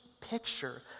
picture